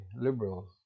liberals